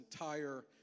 entire